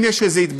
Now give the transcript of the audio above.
אם יש התבדרות